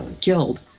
killed